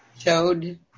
showed